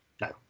no